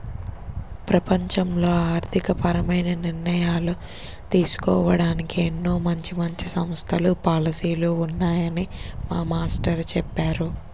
ప్రపంచంలో ఆర్థికపరమైన నిర్ణయాలు తీసుకోడానికి ఎన్నో మంచి మంచి సంస్థలు, పాలసీలు ఉన్నాయని మా మాస్టారు చెప్పేరు